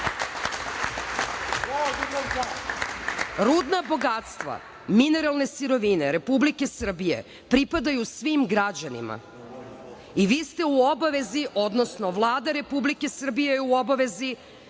bogatstva, mineralne sirovine Republike Srbije pripadaju svim građanima i vi ste u obavezi, odnosno Vlada Republike Srbije je u obavezi